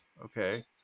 okay